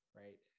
right